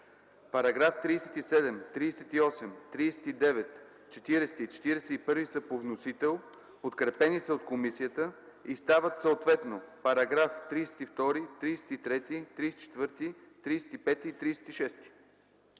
Параграфи 37, 38, 39, 40 и 41 са по вносител, подкрепени са от комисията, и стават съответно параграфи 32, 33, 34, 35 и 36.